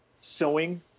sewing